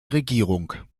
regierung